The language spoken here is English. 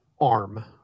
arm